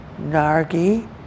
Nargi